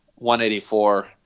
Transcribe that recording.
184